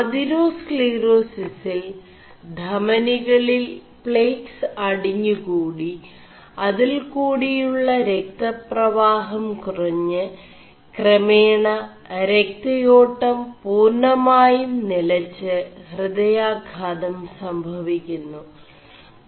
അതിേറാസ് ീേറാസിസിൽ ധമനികളിൽ േg ്സ് അടിുകൂടി അതിൽ കൂടിയുø ര 4പവാഹം കുറ് 4കേമണ ര േയാƒം പൂർമായും നിലg് ഹൃദയാഘാതം സംഭവി ുMു